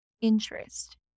interest